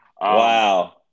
Wow